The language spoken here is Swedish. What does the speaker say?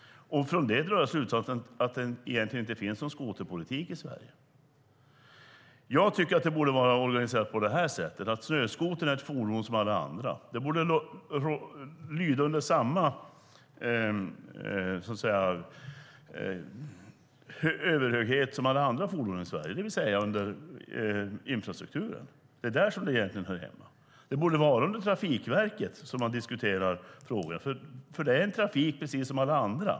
Av det drar jag slutsatsen att det egentligen inte finns någon skoterpolitik i Sverige. Jag tycker att det borde vara organiserat på det här sättet: Snöskotern är ett fordon som alla andra. Det borde lyda under samma överhöghet som alla andra fordon i Sverige, det vill säga under infrastrukturen. Det är där som det egentligen hör hemma. Det borde vara under Trafikverket som man diskuterar frågorna, för det är ett trafikslag precis som alla andra.